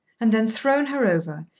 and then thrown her over,